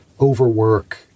overwork